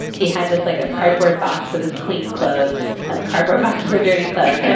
he had just like a cardboard box of his clean clothes and a cardboard box for dirty clothes, but